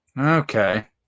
Okay